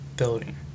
Building